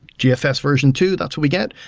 gfs version two, that's what we get,